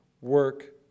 work